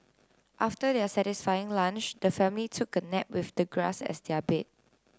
after their satisfying lunch the family took a nap with the grass as their bed